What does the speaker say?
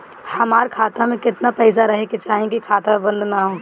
हमार खाता मे केतना पैसा रहे के चाहीं की खाता बंद ना होखे?